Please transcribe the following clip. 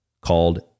called